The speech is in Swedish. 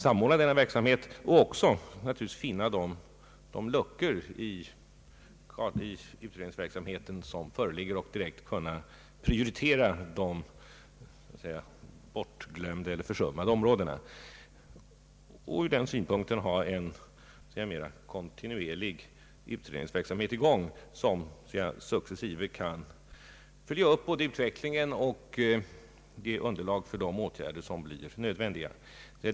Vidare gäller det naturligtvis att upptäcka de luckor som kan finnas i utredningsverksamheten och direkt prioritera de bortglömda eller försummade områdena. Det krävs sålunda en mera kontinuerlig utredningsverksamhet, som möjliggör att vi successivt kan följa utvecklingen och som ger underlag för de åtgärder som blir nödvändiga.